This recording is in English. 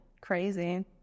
Crazy